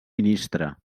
ministre